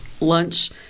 lunch